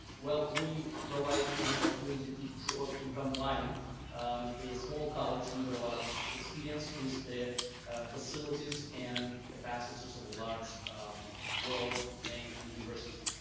well, we provide an opportunity to draw to combine a small college liberal arts with with their facilities and capacities of large world ranked university.